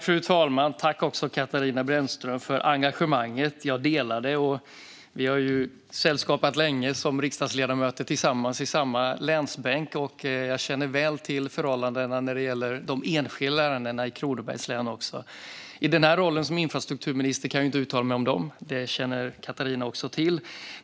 Fru talman! Tack, Katarina Brännström, för engagemanget! Jag delar det. Vi har ju sällskapat länge som riksdagsledamöter i samma länsbänk, och jag känner väl till förhållandena när det gäller de enskilda ärendena i Kronobergs län. I min roll som infrastrukturminister kan jag dock inte uttala mig om dem. Det känner Katarina Brännström också till.